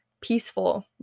peaceful